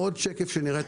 השקף הבא מציג